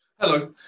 hello